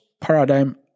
paradigm